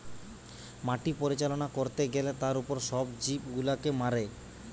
মাটি পরিচালনা করতে গ্যালে তার উপর সব জীব গুলাকে মারে